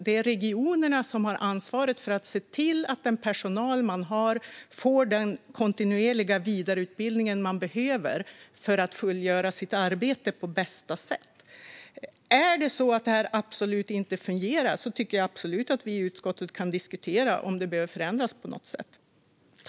Det är regionerna som har ansvaret för att se till att den personal de har får den kontinuerliga vidareutbildning den behöver för att fullgöra sitt arbete på bästa sätt. Är det så att detta inte fungerar tycker jag absolut att vi i utskottet kan diskutera om det behöver förändras på något sätt.